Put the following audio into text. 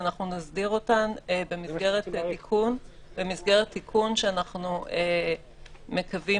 ואנחנו נסדיר אותם במסגרת תיקון שאנחנו מקווים